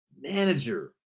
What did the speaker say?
manager